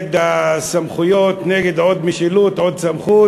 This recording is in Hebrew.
נגד הסמכויות, נגד עוד משילות, עוד סמכות.